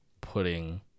putting